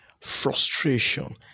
frustration